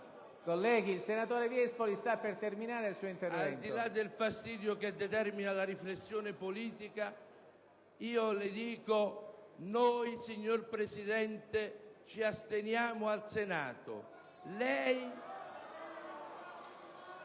Colleghi, il senatore Viespoli sta per terminare il suo intervento.